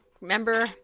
Remember